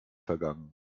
vergangen